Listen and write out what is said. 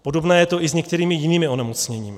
Podobné je to i s některými jinými onemocněními.